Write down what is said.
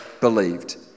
believed